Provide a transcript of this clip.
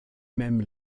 même